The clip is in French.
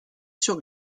sur